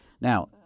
Now